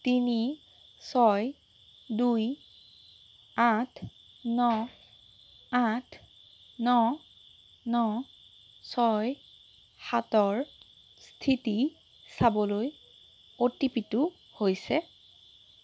তিনি ছয় দুই আঠ ন আঠ ন ন ছয় সাতৰ স্থিতি চাবলৈ অ'টিপিটো হৈছে